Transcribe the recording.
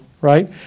right